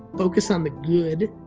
focus on the good,